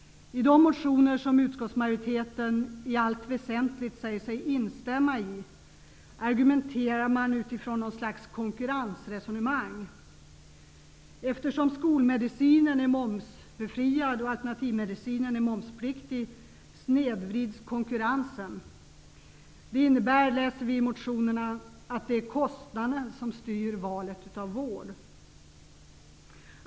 I de motioner som utskottsmajoriteten i allt väsentligt säger sig instämma i argumenterar man utifrån ett slags konkurrensresonemang. Eftersom skolmedicinen är momsbefriad och alternativmedicinen är momspliktig snedvrids konkurrensen. Det innebär -- det framgår om man läser motionerna -- att det är kostnaden som styr valet av vård.